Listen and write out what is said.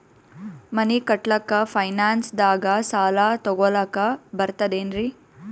ಮನಿ ಕಟ್ಲಕ್ಕ ಫೈನಾನ್ಸ್ ದಾಗ ಸಾಲ ತೊಗೊಲಕ ಬರ್ತದೇನ್ರಿ?